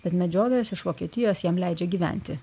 bet medžiotojas iš vokietijos jam leidžia gyventi